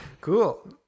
Cool